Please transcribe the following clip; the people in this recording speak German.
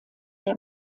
der